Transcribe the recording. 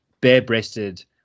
bare-breasted